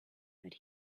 that